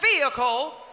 vehicle